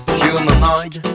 humanoid